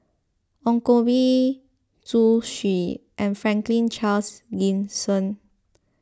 Ong Koh Bee Zhu Xu and Franklin Charles Gimson